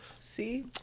See